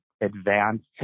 advanced